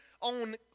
on